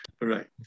Right